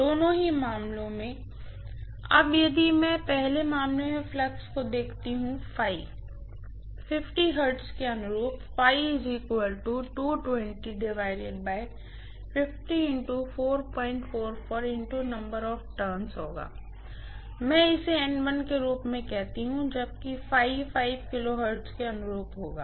Professor student conversation ends अब यदि मैं पहले मामले में फ्लक्स को देखती हूँ हर्ट्ज के अनुरूप होगा मैं इसे के रूप में कहती हूँ जबकि kHZ के अनुरूप होगा